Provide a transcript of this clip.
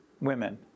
women